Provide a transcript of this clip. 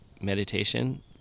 meditation